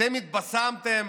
אתם התבשמתם